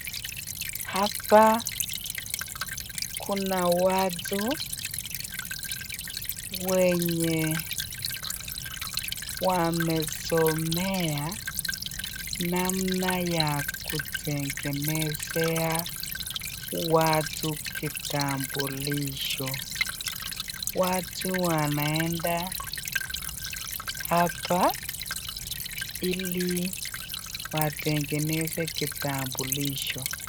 Hapa Kuna watu wenye wamesomea namna ya kutengenezea watu kitabulisho watu wanaenda hapa hili watengeneze kitambulisho.